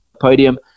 podium